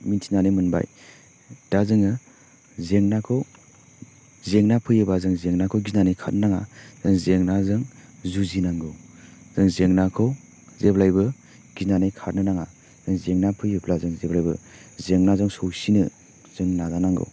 मिथिनानै मोनबाय दा जोङो जेंनाखौ जेंना फैयोबा जों जेंनाखौ गिनानै खारनो नाङा जेंनाजों जुजिनांगौ जों जेंनाखौ जेब्लायबो गिनानै खारनो नङा जेंना फैयोब्ला जों जेब्लाबो जेंनाजों सौसिनो जों नाजानांगौ